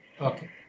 Okay